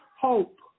hope